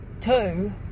two